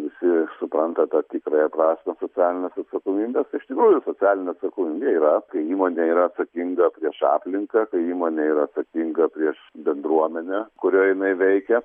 visi supranta tą tikrąją prasmę socialinės atsakomybės iš tikrųjų socialinė atsakomybė yra kai įmonė yra atsakinga prieš aplinką kai įmonė yra atsakinga prieš bendruomenę kurioj jinai veikia